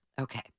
Okay